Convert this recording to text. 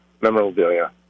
memorabilia